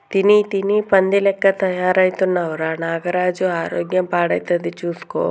తిని తిని పంది లెక్క తయారైతున్నవ్ రా నాగరాజు ఆరోగ్యం పాడైతది చూస్కో